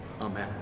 amen